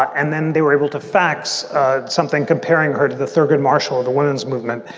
and then they were able to fax something, comparing her to the thurgood marshall of the women's movement,